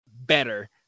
better